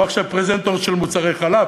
הוא עכשיו פרזנטור של מוצרי חלב,